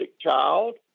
child